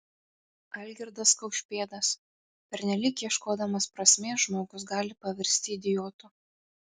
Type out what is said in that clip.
algirdas kaušpėdas pernelyg ieškodamas prasmės žmogus gali pavirsti idiotu